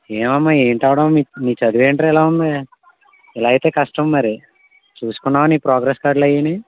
ఏమమ్మా ఏంటవడం మీ చదువేంటిరా ఇలా ఉంది ఇలా అయితే కష్టం మరి చూసుకున్నావా నీ ప్రోగ్రస్ కార్డ్లు అవీని